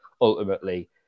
ultimately